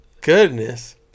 Goodness